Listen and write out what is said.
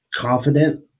confident